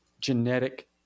genetic